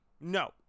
No